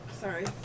sorry